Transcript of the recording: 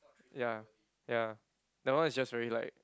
ya ya that one is just very like